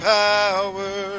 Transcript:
power